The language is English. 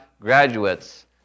graduates